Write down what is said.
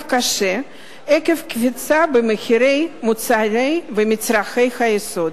קשה עקב קפיצה במחירי מוצרי היסוד ומצרכי היסוד.